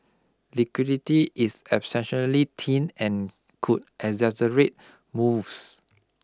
liquidity is exceptionally thin and could exaggerate moves